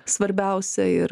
svarbiausia ir